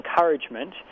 encouragement